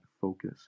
focus